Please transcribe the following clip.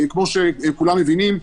כמו שכולם מבינים,